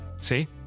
see